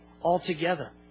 altogether